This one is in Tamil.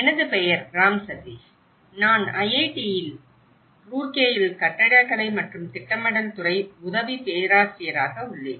எனது பெயர் ராம் சதீஷ் நான் ஐஐடி ரூர்கேயில் கட்டிடக்கலை மற்றும் திட்டமிடல் துறை உதவி பேராசிரியராக உள்ளேன்